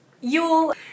Yule